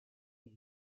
les